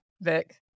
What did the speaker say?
Vic